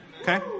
Okay